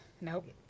nope